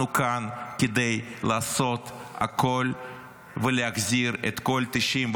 אנחנו כאן כדי לעשות הכול ולהחזיר את כל 94